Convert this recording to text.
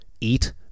eat